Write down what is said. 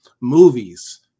movies